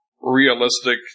realistic